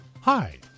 Hi